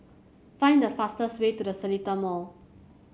find the fastest way to The Seletar Mall